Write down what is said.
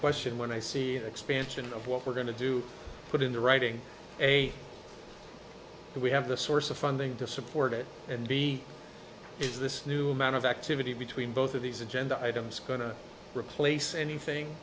question when i see the expansion of what we're going to do put into writing a we have the source of funding to support it and b is this new amount of activity between both of these agenda items going to replace anything